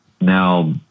Now